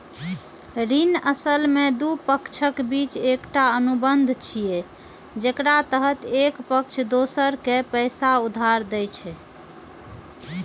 ऋण असल मे दू पक्षक बीच एकटा अनुबंध छियै, जेकरा तहत एक पक्ष दोसर कें पैसा उधार दै छै